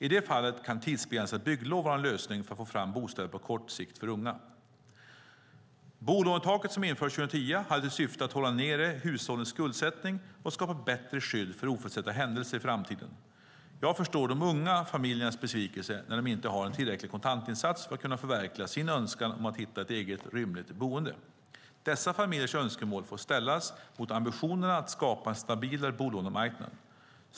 I det fallet kan tidsbegränsade bygglov vara en lösning för att få fram bostäder på kort sikt för unga. Bolånetaket som infördes 2010 hade till syfte att hålla nere hushållens skuldsättning och skapa bättre skydd för oförutsedda händelser i framtiden. Jag förstår de unga familjernas besvikelse när de inte har en tillräcklig kontantinsats för att kunna förverkliga sin önskan om att hitta ett eget rymligt boende. Dessa familjers önskemål får ställas mot ambitionerna att skapa en stabilare bolånemarknad.